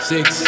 Six